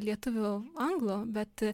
lietuvių anglų bet